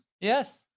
Yes